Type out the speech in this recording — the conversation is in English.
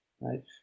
right